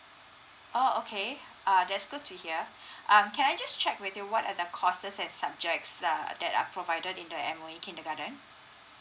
oh okay uh that's good to hear um can I just check with you what are the courses and subjects err that are provided in the M_O_E kindergarten